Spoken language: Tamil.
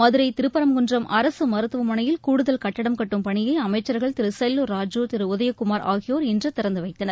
மதுரை திருப்பரங்குன்றம் அரசு மருத்துவமனையில் கூடுதல் கட்டிடம் கட்டும் பணியை அமைச்சர்கள் திரு செல்லூர் ராஜு திரு உதயகுமார் ஆகியோர் இன்று திறந்துவைத்தனர்